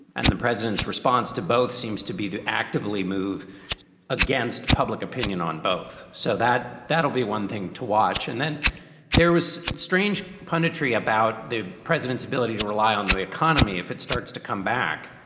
and the president's response to both seems to be to actively move against public opinion on both. so that that will be one thing to watch. and then there was strange punditry about the president's ability to rely on the economy if it starts to come back.